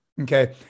okay